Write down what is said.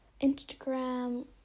instagram